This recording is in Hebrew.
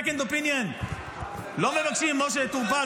שני כטב"מים וחצי שלא עשו כלום.